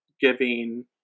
giving